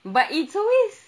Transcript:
but it's always